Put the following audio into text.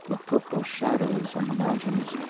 the purple shadows on the mountains,